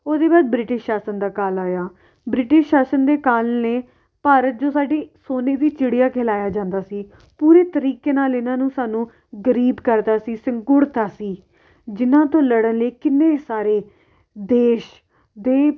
ਉਹਦੇ ਬਾਅਦ ਬ੍ਰਿਟਿਸ਼ ਸ਼ਾਸਨ ਦਾ ਕਾਲ ਆਇਆ ਬ੍ਰਿਟਿਸ਼ ਸ਼ਾਸਨ ਦੇ ਕਾਲ ਨੇ ਭਾਰਤ ਜੋ ਸਾਡੀ ਸੋਨੇ ਦੀ ਚਿੜੀ ਕਹਿਲਾਇਆ ਜਾਂਦਾ ਸੀ ਪੂਰੀ ਤਰੀਕੇ ਨਾਲ ਇਹਨਾਂ ਨੂੰ ਸਾਨੂੰ ਗਰੀਬ ਕਰ ਤਾ ਸੀ ਸਿੰਗੂੜਤਾ ਸੀ ਜਿਨ੍ਹਾਂ ਤੋਂ ਲੜਨ ਲਈ ਕਿੰਨੇ ਸਾਰੇ ਦੇਸ਼ ਦੇ